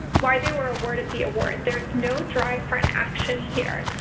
why they were awarded the award. there is no drive for an action here,